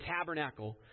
tabernacle